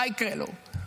מה יקרה לו?